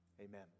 amen